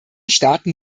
starten